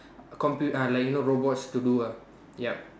a compute~ uh like you know robots to do uh yup